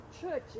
church